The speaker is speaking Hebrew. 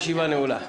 הישיבה נעולה.